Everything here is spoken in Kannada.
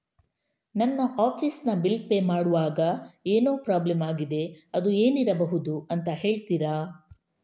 ನನ್ನ ಆಫೀಸ್ ನ ಬಿಲ್ ಪೇ ಮಾಡ್ವಾಗ ಏನೋ ಪ್ರಾಬ್ಲಮ್ ಆಗಿದೆ ಅದು ಏನಿರಬಹುದು ಅಂತ ಹೇಳ್ತೀರಾ?